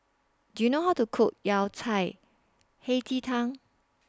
Do YOU know How to Cook Yao Cai Hei Ji Tang